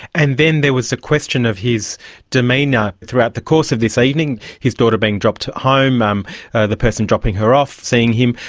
and then there was a question of his demeanour throughout the course of this evening, his daughter being dropped home, um the person dropping her off seeing him,